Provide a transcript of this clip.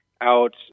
out